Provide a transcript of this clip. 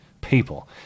people